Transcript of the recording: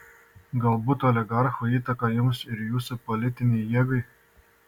galbūt oligarchų įtaką jums ir jūsų politinei jėgai